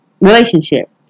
relationship